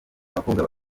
abakobwa